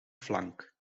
flank